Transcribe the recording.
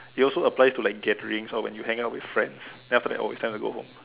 it also applies to like gatherings or when you hang out with friends then it's like time to go home